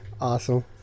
awesome